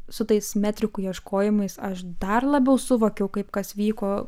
su tais metrikų ieškojimais aš dar labiau suvokiau kaip kas vyko